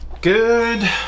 Good